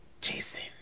Jason